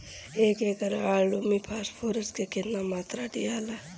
एक एकड़ आलू मे फास्फोरस के केतना मात्रा दियाला?